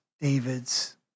David's